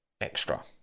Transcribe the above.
extra